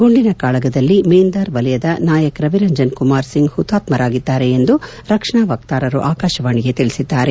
ಗುಂಡಿನ ಕಾಳಗದಲ್ಲಿ ಮೇನ್ದಾರ್ ವಲಯದ ನಾಯಕ್ ರವಿರಂಜನ್ ಕುಮಾರ್ ಸಿಂಗ್ ಹುತಾತ್ಮರಾಗಿದ್ದಾರೆ ಎಂದು ರಕ್ಷಣಾ ವಕ್ತಾರರು ಆಕಾಶವಾಣಿಗೆ ತಿಳಿಸಿದ್ದಾರೆ